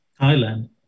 Thailand